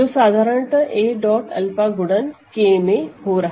जो साधारणतः a dot 𝛂 गुणन K में हो रहा है